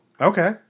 okay